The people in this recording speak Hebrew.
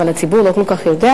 אבל הציבור לא כל כך יודע,